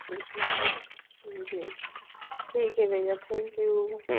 जी जी जी ठीक है भैया थैंक यू